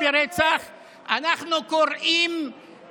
אתה מגן על מחבלים.